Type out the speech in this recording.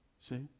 see